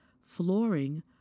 flooring